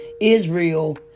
Israel